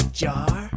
jar